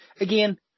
again